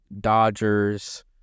Dodgers